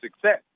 success